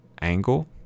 Angle